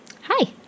Hi